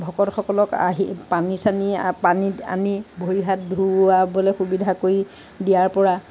ভকতসকলক আহি পানী চানি পানী আনি ভৰি হাত ধুৱাবলৈ সুবিধা কৰি দিয়াৰ পৰা